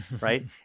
right